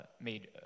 made